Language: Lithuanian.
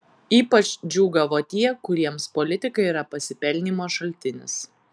ypač džiūgavo tie kuriems politika yra pasipelnymo šaltinis